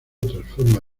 transforma